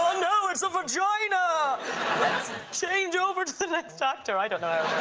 oh, no, it's a vagina! let's change over to the next actor. i don't know